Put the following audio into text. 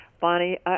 Bonnie